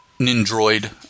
nindroid